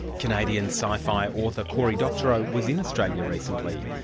canadian sci-fi author cory doctorow was in australia recently,